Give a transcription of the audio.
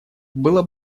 было